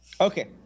Okay